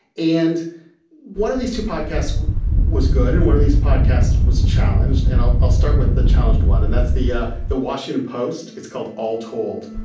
and one of these two podcasts was good. and one of these podcasts was challenged. and i'll i'll start with the challenged one. and that's the ah the washington post. it's called all told.